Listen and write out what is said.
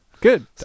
Good